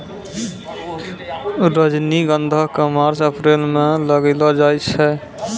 रजनीगंधा क मार्च अप्रैल म लगैलो जाय छै